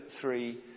three